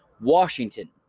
Washington